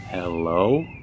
Hello